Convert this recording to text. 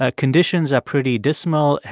ah conditions are pretty dismal.